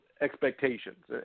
expectations